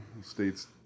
states